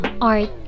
art